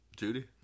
Judy